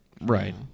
Right